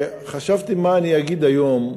וכשחשבתי מה אני אגיד היום,